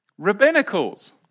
Rabbinicals